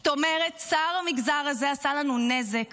זאת אומרת ששר המגזר הזה עשה לנו נזק